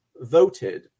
voted